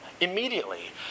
immediately